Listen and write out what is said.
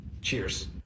Cheers